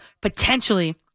potentially